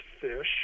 fish